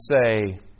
say